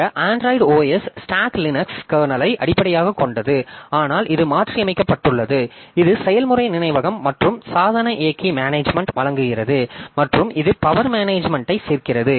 இந்த Android OS stack Linux கர்னலை அடிப்படையாகக் கொண்டது ஆனால் இது மாற்றியமைக்கப்பட்டுள்ளது இது செயல்முறை நினைவகம் மற்றும் சாதன இயக்கி மேனேஜ்மென்ட் வழங்குகிறது மற்றும் இது பவர் மேனேஜ்மென்ட் ஐ சேர்க்கிறது